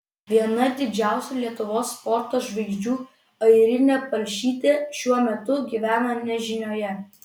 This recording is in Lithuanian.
viena didžiausių lietuvos sporto žvaigždžių airinė palšytė šiuo metu gyvena nežinioje